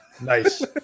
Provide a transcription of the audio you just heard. Nice